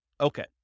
Okay